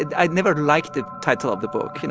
and i'd never liked the title of the book, and